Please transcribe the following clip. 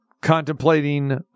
Contemplating